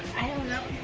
i dont know